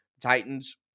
Titans